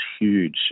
huge